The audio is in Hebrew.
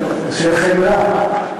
ושל חמלה.